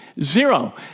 Zero